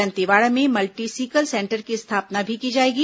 दंतेवाड़ा में multi skill centre की स्थापना भी की जाएगी